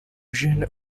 jeune